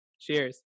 Cheers